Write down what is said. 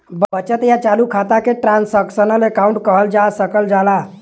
बचत या चालू खाता के ट्रांसक्शनल अकाउंट कहल जा सकल जाला